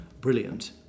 brilliant